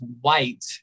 white